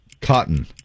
Cotton